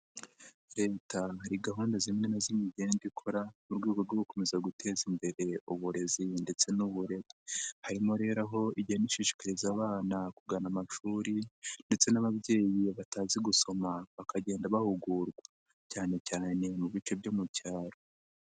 Leta hari gahunda zimwe na zimwe igenda ikora mu rwego rwo gukomeza guteza imbere uburezi ndetse n'uburere, harimo rero aho igenda ishishikariza abana kugana amashuri ndetse n'ababyeyi batazi gusoma bakagenda bahugurwa, cyane cyane mu bice byo mu byaro.